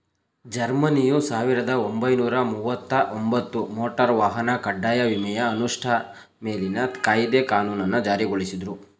ಜರ್ಮನಿಯು ಸಾವಿರದ ಒಂಬೈನೂರ ಮುವತ್ತಒಂಬತ್ತು ಮೋಟಾರ್ ವಾಹನ ಕಡ್ಡಾಯ ವಿಮೆಯ ಅನುಷ್ಠಾ ಮೇಲಿನ ಕಾಯ್ದೆ ಕಾನೂನನ್ನ ಜಾರಿಗೊಳಿಸುದ್ರು